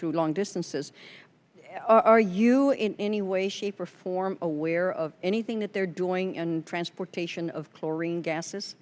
two long distances are you in any way shape or form aware of anything that they're doing and transportation of chlorine